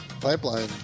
Pipeline